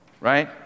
Right